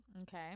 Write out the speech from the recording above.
Okay